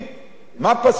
מה פסול בזה?